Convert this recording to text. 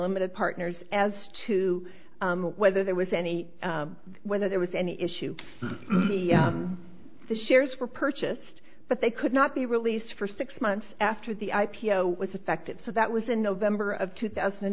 limited partners as to whether there was any whether there was any issue the shares were purchased but they could not be released for six months after the i p o was affected so that was in november of two thousand